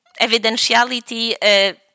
evidentiality